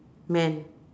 men